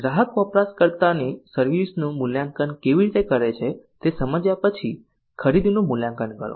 ગ્રાહક વપરાશકર્તાની સર્વિસ નું મૂલ્યાંકન કેવી રીતે કરે છે તે સમજ્યા પછી ખરીદીનું મૂલ્યાંકન કરો